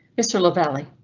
mr. lavalley